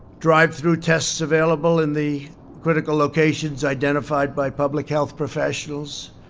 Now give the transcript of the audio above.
drive-through tests available in the critical locations identified by public health professionals.